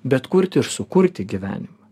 bet kurti ir sukurti gyvenimą